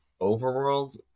overworld